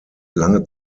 lange